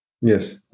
yes